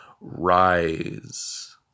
rise